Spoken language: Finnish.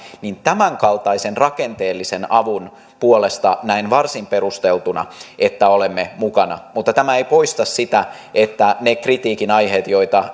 tämän kaltaisen rakenteellisen avun puolesta näen varsin perusteltuna että olemme mukana mutta tämä ei poista sitä että ne kritiikin aiheet joita